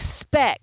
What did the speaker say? expect